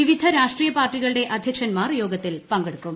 വിവിധ രാഷ്ട്രീയ പാർട്ടികളുടെ അദ്ധ്യക്ഷന്മാർ യോഗത്തിൽ പങ്കെടുക്കും